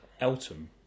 Elton